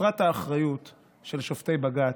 חסרת האחריות של שופטי בג"ץ,